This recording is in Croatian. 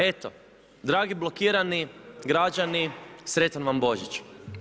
Eto, dragi blokirani građani sretan vam Božić!